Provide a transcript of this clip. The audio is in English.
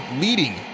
leading